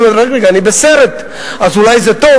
אני אומר, רק רגע, אני בסרט, אז אולי זה טוב.